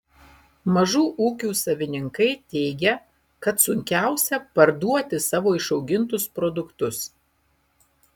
mažų ūkių savininkai teigia kad sunkiausia parduoti savo išaugintus produktus